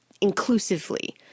inclusively